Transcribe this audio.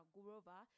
Gurova